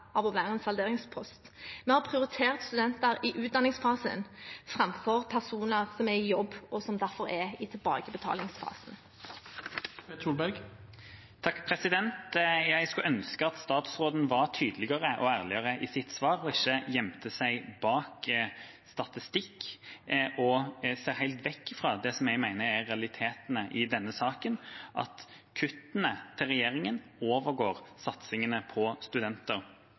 av å være en salderingspost. Vi har prioritert studenter i utdanningsfasen framfor personer som er i jobb, og som derfor er i tilbakebetalingsfasen. Jeg skulle ønske at statsråden var tydeligere og ærligere i sitt svar og ikke gjemte seg bak statistikk og så helt bort fra det som jeg mener er realitetene i denne saken, at kuttene til regjeringa overgår satsingene på studenter.